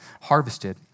harvested